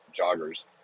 joggers